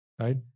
Right